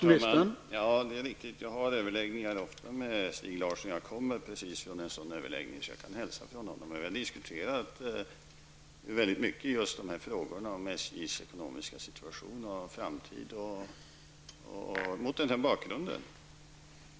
Herr talman! Det är riktigt att jag ofta har överläggningar med Stig Larsson. Jag kommer precis från en sådan överläggning, så jag kan hälsa från honom. Vi har diskuterat dessa frågor mycket, om SJs ekonomiska situation och framtid mot denna bakgrund.